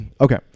Okay